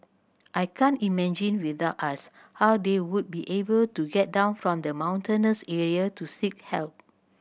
I can't imagine without us how they would be able to get down from the mountainous area to seek help